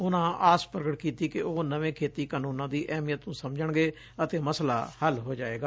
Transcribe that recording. ਉਨੂਾ ਆਸ ਪ੍ਰਗਟ ਕੀਤੀ ਕਿ ਉਹ ਨਵੇਂ ਖੇਤੀ ਕਾਨੂੰਨਾਂ ਦੀ ਅਹਿਮੀਅਤ ਨੂੰ ਸਮਝਣਗੇ ਅਤੇ ਮਸਲਾ ਹੱਲ ਹੋ ਜਾਏਗਾ